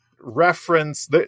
reference